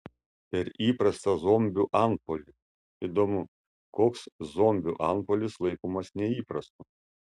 per įprastą zombių antpuolį įdomu koks zombių antpuolis laikomas neįprastu